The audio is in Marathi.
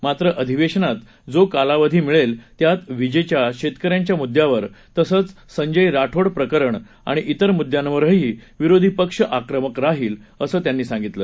मात्र अधिवेशनात जो कालावधी मिळेल त्यात विजेच्या शेतकऱ्यांच्या मुद्यांवर तसंच संजय राठोड प्रकरण आणि इतर मुद्द्यांवरही विरोधी पक्ष आक्रमक राहील असं त्यांनी सांगितलं